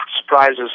surprises